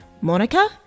Monica